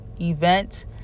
event